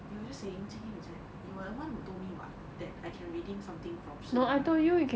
they were just saying 今天 is that you were the one that told me [what] that I can redeem something from 士林